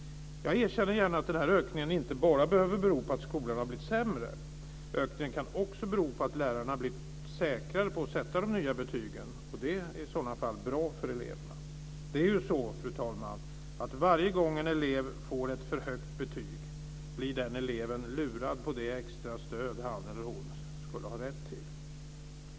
Jag erkänner gärna att ökningen inte bara behöver bero på att skolan har blivit sämre. Den kan också bero på att lärarna har blivit säkrare på att sätta de nya betygen. I så fall är det bra för eleverna. Fru talman! Varje gång en elev får ett för högt betyg blir den eleven lurad på det extra stöd han eller hon skulle ha rätt till.